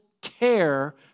care